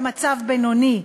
במצב בינוני.